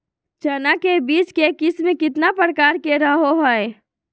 चना के बीज के किस्म कितना प्रकार के रहो हय?